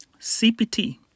CPT